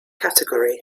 category